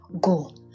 go